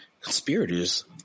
conspirators